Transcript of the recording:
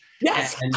Yes